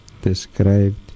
described